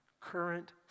current